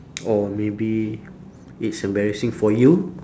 or maybe it's embarrassing for you